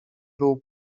był